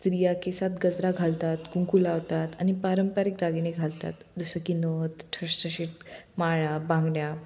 स्त्रिया केसात गजरा घालतात कुंकू लावतात आणि पारंपारिक दागिने घालतात जसं की नथ ठशठशीत माळा बांगड्या